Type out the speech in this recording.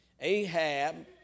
Ahab